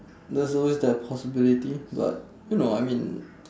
there's always that possibility but you know I mean